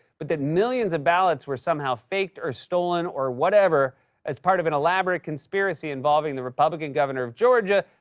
but that millions of ballots were somehow faked or stolen or whatever as part of an elaborate conspiracy involving the republican governor of georgia,